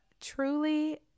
truly